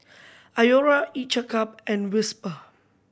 Iora Each a Cup and Whisper